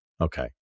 Okay